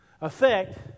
effect